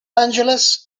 angeles